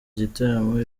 igitaramo